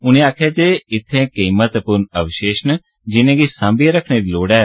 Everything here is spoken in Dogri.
उनें आक्खेआ जे इत्थें केई महत्वपूर्ण अवशेष न जिनें गी सांभियै रक्खने दी लोड़ ऐ